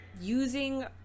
using